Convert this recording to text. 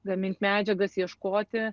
gamint medžiagas ieškoti